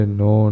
no